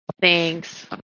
Thanks